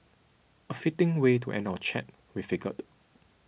a fitting way to end our chat we figured